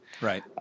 Right